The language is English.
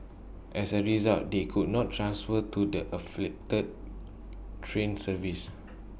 as A result they could not transfer to the afflicted train services